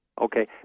Okay